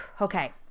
Okay